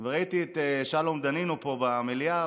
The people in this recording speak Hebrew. וראיתי את שלום דנינו פה במליאה,